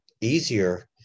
easier